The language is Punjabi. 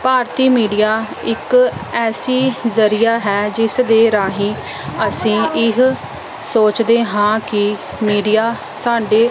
ਭਾਰਤੀ ਮੀਡੀਆ ਇੱਕ ਐਸੀ ਜ਼ਰੀਆ ਹੈ ਜਿਸ ਦੇ ਰਾਹੀਂ ਅਸੀਂ ਇਹ ਸੋਚਦੇ ਹਾਂ ਕਿ ਮੀਡੀਆ ਸਾਡੇ